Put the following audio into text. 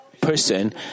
person